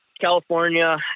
california